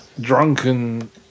drunken